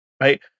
right